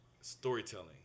storytelling